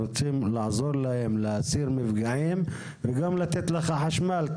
אנחנו רוצים לעזור להם להסיר מפגעים וגם לתת לך חשמל,